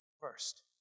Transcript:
first